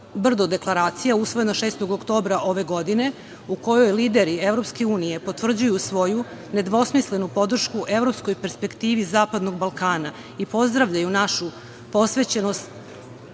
Brdo deklaracija usvojena 6. oktobra ove godine, u kojoj lideri EU potvrđuju svoju nedvosmislenu podršku evropskoj perspektivi zapadnog Balkana i pozdravljaju našu posvećenost